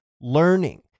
learning